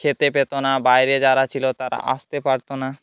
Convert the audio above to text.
খেতে পেতো না বাইরে যারা ছিল তারা আসতে পারতো না